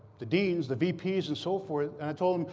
the deans, the vps, and so forth and i told them,